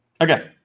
Okay